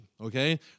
okay